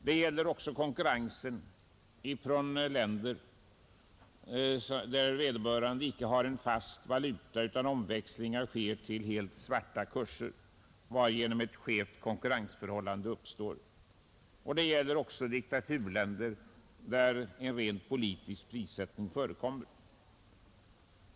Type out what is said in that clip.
Även genom import från länder där man icke har en fast valuta utan omväxlingar sker till helt svarta kurser uppstår ett skevt konkurrensförhållande. Det gäller också diktaturländer där en rent politisk prissättning förekommer.